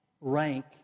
rank